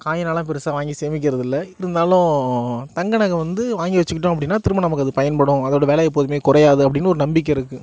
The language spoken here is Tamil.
காயின்னால பெருசாக வாங்கி சேமிக்கிறது இல்லை இருந்தாலும் தங்க நகை வந்து வாங்கி வச்சுக்கிட்டோம் அப்படின்னா திரும்ப நமக்கு அது பயன்படும் அதோட வில எப்போதுமே குறையாது அப்படின்னு ஒரு நம்பிக்கை இருக்கு